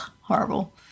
horrible